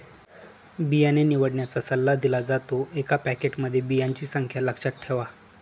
बियाणे निवडण्याचा सल्ला दिला जातो, एका पॅकेटमध्ये बियांची संख्या लक्षात ठेवा